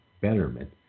betterment